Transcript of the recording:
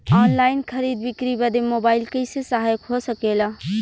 Online खरीद बिक्री बदे मोबाइल कइसे सहायक हो सकेला?